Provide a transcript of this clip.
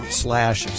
slash